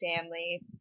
family